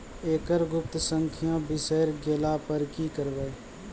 एकरऽ गुप्त संख्या बिसैर गेला पर की करवै?